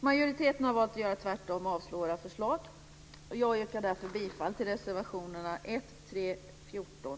Majoriteten har valt att göra tvärtom och avstyrker våra förslag. Jag yrkar därför bifall till reservationerna 1, 3, 14